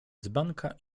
dzbanka